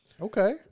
Okay